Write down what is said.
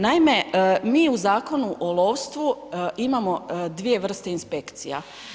Naime, mi u Zakonu o lovstvu imamo dvije vrste inspekcija.